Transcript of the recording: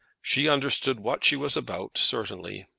she understood what she was about, certainly.